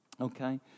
Okay